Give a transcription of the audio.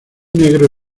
negro